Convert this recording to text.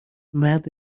مرد